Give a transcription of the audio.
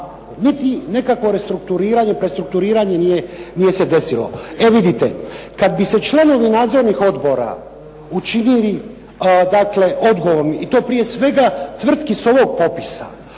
niti nekakvo restrukturiranje, prestrukturiranje nije se desilo. E vidite, kad bi se članovi nadzornih odbora učinili dakle odgovornim i to prije svega tvrtki s ovog popisa